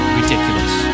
ridiculous